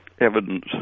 evidence